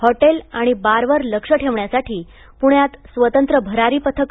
hotel आणि बारवर लक्ष ठेवण्यासाठी पूण्यात स्वतंत्र भरारी पथक